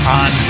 on